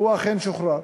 הוא אכן שוחרר.